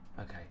okay